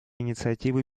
инициативы